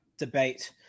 debate